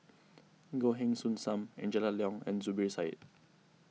Goh Heng Soon Sam Angela Liong and Zubir Said